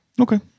Okay